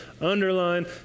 underline